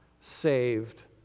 saved